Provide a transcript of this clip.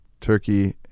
turkey